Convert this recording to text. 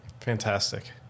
Fantastic